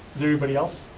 there anybody else?